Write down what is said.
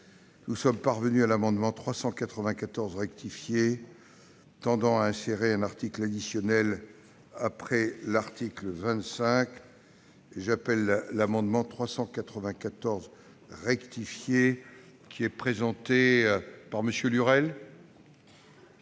Nous sommes parvenus à l'amendement n° I-394 rectifié tendant à insérer un article additionnel après l'article 25. L'amendement n° I-394 rectifié, présenté par M. Lurel,